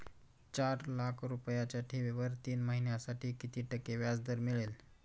चार लाख रुपयांच्या ठेवीवर तीन महिन्यांसाठी किती टक्के व्याजदर मिळेल?